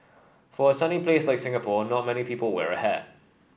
for a sunny place like Singapore not many people wear a hat